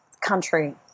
country